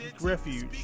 refuge